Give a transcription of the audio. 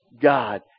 God